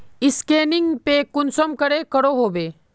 Scanning पे कुंसम करे करो होबे?